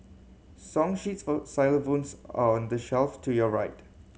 song sheets for xylophones are on the shelf to your right